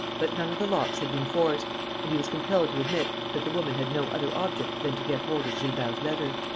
but none of the locks had been forced and he was compelled to admit that the woman had no other object than to get hold of gilbert's letter.